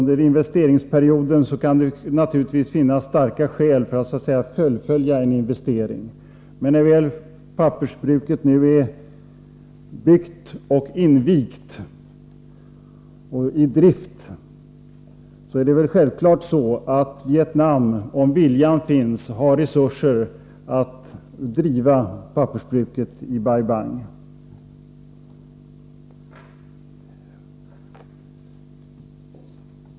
Det kan naturligtvis finnas starka skäl för att fullfölja investeringarna och inte avbryta hjälpen under investeringsperioden, men när pappersbruket nu väl är byggt och invigt och i drift är det självklart att Vietnam, om viljan finns, har resurser att driva pappersbruket i Bai Bang.